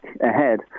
ahead